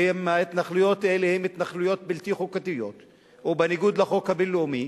שההתנחלויות האלה הן התנחלויות בלתי חוקתיות ובניגוד לחוק הבין-לאומי.